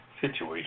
situation